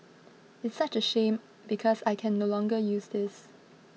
it's such a shame because I can no longer use this